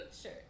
Sure